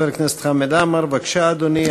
חבר הכנסת חמד עמאר, בבקשה, אדוני.